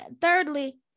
thirdly